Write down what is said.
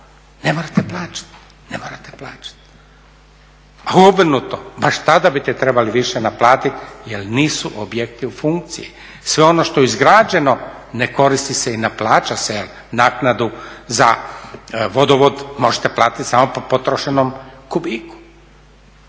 ne morate plaćati. A obrnuto, baš tada biste trebali više naplatiti jer nisu objekti u funkciji. Sveo ono što je izgrađeno ne koristi se i ne plaća se. Naknadu za vodovod možete platiti samo po potrošenom kubiku